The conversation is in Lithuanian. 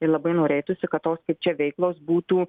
tai labai norėtųsi kad tos kaip čia veiklos būtų